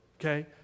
okay